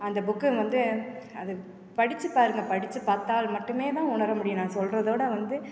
அந்த புக்கு வந்து அது படித்து பாருங்கள் படித்து பார்த்தால் மட்டுமே தான் உணர முடியும் நான் சொல்கிறதோட வந்து